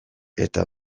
eta